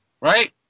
Right